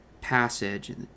passage